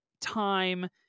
time